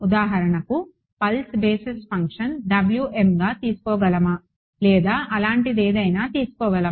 ఉదాహరణకు pulse basis function Wmగా తీసుకోగలమా లేదా అలాంటిదేదైనా తీసుకోగలమా